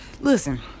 Listen